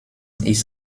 ist